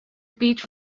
beach